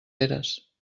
eres